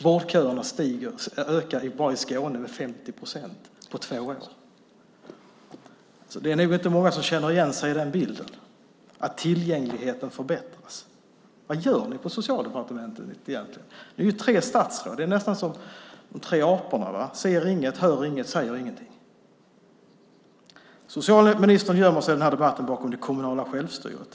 Vårdköerna har bara i Skåne ökat med 50 procent på två år, så det är nog inte många som känner igen sig i bilden att tillgängligheten förbättras. Vad gör ni på Socialdepartementet egentligen? Ni är ju tre statsråd. Det är nästan som de tre aporna: ser inget, hör inget, säger inget. Socialministern gömmer sig i den här debatten bakom det kommunala självstyret.